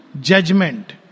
judgment